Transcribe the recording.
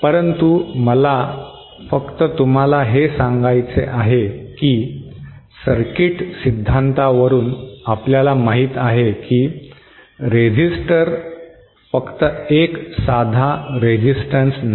परंतु मला फक्त तुम्हाला हे सांगायचे आहे की सर्किट सिद्धांतावरून आपल्याला माहित आहे की रेझिस्टर फक्त एक साधा रोध नाही